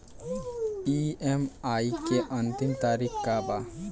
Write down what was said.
EMI के अंतिम तारीख का बा?